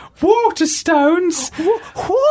Waterstones